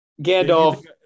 Gandalf